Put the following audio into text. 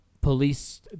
police